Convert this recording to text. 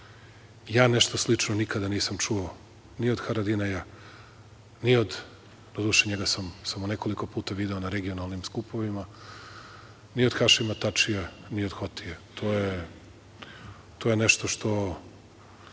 Ja nešto slično nikada nisam čuo ni od Haradinaja, ni od, doduše njega sam samo nekoliko puta video na regularnim skupovima, ni od Hašima Tačija, ni od Hotija. To je nešto što